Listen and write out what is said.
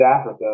Africa